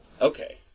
Okay